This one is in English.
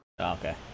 Okay